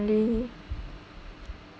really